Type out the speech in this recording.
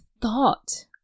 thought